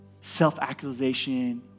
self-actualization